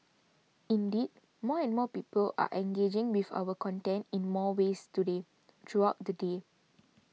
indeed more and more people are engaging with our content in more ways today throughout the day